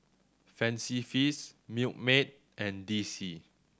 Fancy Feast Milkmaid and D C